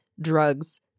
drugs